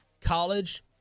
college